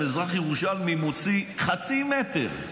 אם אזרח ירושלמי מוציא חצי מטר,